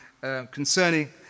concerning